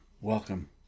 Welcome